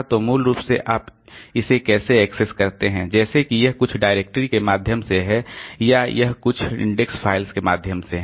तो मूल रूप से आप इसे कैसे एक्सेस करते हैं जैसे कि यह कुछ डायरेक्टरी के माध्यम से है या यह कुछ इंडेक्स फाइल्स के माध्यम से है